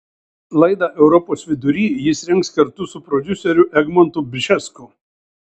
laidą europos vidury jis rengs kartu su prodiuseriu egmontu bžesku